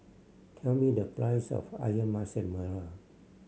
tell me the price of Ayam Masak Merah